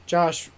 Josh